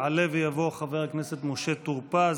יעלה ויבוא חבר הכנסת משה טור פז,